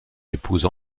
épouse